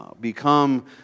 become